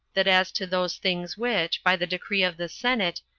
that as to those things which, by the decree of the senate,